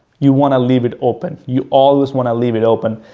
you want to leave it open, you always want to leave it open.